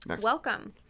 Welcome